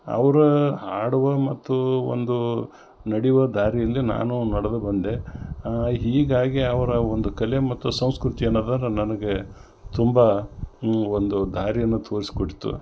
ಅವ್ರ ಹಾಡುವ ಮತ್ತು ಒಂದು ನಡೆಯುವ ದಾರಿಯಲ್ಲಿ ನಾನು ನಡದು ಬಂದೆ ಹೀಗಾಗಿ ಅವರ ಒಂದು ಕಲೆ ಮತ್ತು ಸಂಸ್ಕೃತಿಯನ್ನರರ ನನಗೆ ತುಂಬ ಒಂದು ದಾರಿಯನ್ನ ತೋರ್ಸ್ಕೊಡ್ತು